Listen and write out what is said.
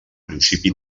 principi